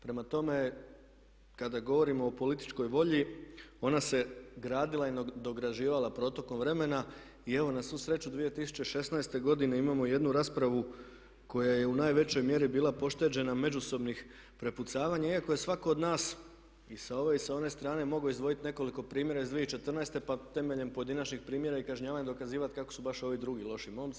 Prema tome, kada govorimo o političkoj volji ona se gradila i nadograđivala protokom vremena i evo na svu sreću 2016. godine imamo jednu raspravu koja je u najvećoj mjeri bila pošteđena međusobnih prepucavanja iako je svatko od nas i sa ove i sa one strane mogao izdvojiti nekoliko primjera iz 2014. pa temeljem pojedinačnih primjera i kažnjavanja dokazivati kako su baš ovi drugi loši momci.